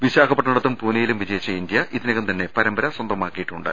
വിശാഖപട്ട ണത്തും പൂനെയിലും വിജയിച്ചു ഇന്ത്യ ഇതിനകം തന്നെ പരമ്പര സ്വന്തമാക്കിയിട്ടുണ്ട്